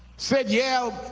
said, yeah,